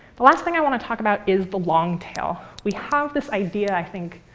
the last thing i want to talk about is the long tail. we have this idea, i think,